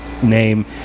name